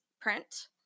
print